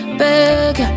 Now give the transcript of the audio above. beg